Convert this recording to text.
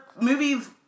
movie's